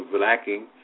lacking